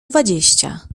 dwadzieścia